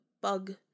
bug